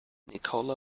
nikola